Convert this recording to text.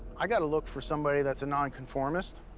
i gotta look for somebody that's a nonconformist,